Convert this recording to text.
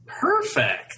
Perfect